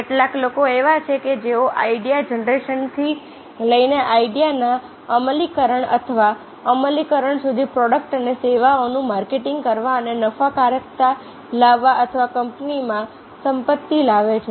કેટલાક લોકો એવા છે કે જેઓ આઈડિયા જનરેશનથી લઈને આઈડિયાના અમલીકરણ અથવા અમલીકરણ સુધી પ્રોડક્ટ અને સેવાઓનું માર્કેટિંગ કરવા અને નફાકારકતા લાવવા અથવા કંપનીમાં સંપત્તિ લાવે છે